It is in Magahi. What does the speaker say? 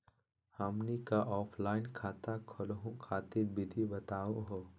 हमनी क ऑफलाइन खाता खोलहु खातिर विधि बताहु हो?